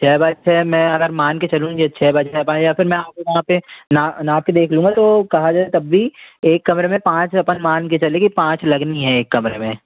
छः बाय छः मैं अगर मान के चलूँ यह छः बाय छः या फिर मैं आपके वहाँ पर नाप कर देख लूँगा तो कहा जाए तब भी एक कमरे में पाँच अपन मान कर चलें कि पाँच लगनी है एक कमरे में